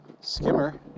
skimmer